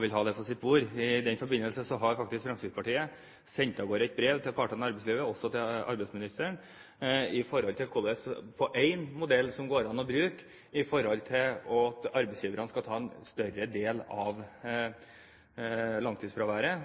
vil ha dem på sitt bord. I den forbindelse har faktisk Fremskrittspartiet sendt av gårde et brev til partene i arbeidslivet, også til arbeidsministeren, om én modell som det går an å bruke for at arbeidsgiverne skal ta en større del av regningen for langtidsfraværet,